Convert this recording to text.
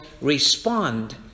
respond